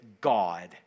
God